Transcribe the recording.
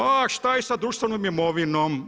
A šta je sa društvenom imovinom?